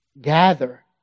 gather